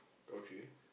okay